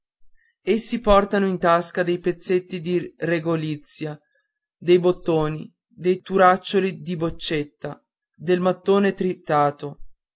tutti essi portano in tasca dei pezzi di regolizia dei bottoni dei turaccioli di boccetta del mattone tritato